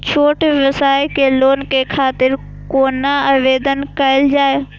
छोट व्यवसाय के लोन के खातिर कोना आवेदन कायल जाय?